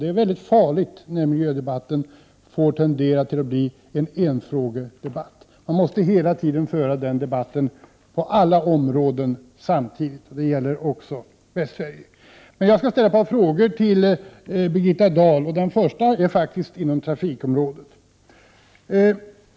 Det är farligt när miljödebatten tenderar att bli en enfrågedebatt. Den debatten måste hela tiden föras på alla områden samtidigt, vilket också gäller för Västsverige. Jag avser att ställa ett par frågor till Birgitta Dahl, varav den första berör trafikområdet.